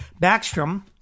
Backstrom